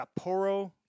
Sapporo